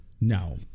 No